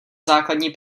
základní